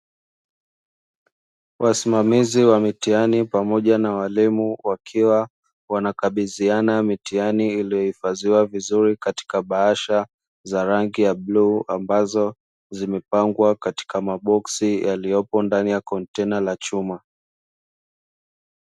Wasimamizi wa mitihani pamoja na walimu wakiwa wanakabidhiana mitihani iliyohifadhiwa vizuri katika bahasha za rangi ya bluu ambazo zimepangwa katika maboksi yaliyoko ndani ya kontena la chuma.